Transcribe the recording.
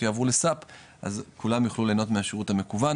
יעברו ל-SAP אז כולם יוכלו להנות מהשירות המקוון.